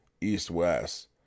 east-west